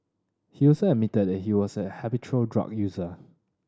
he also admitted he was a habitual drug user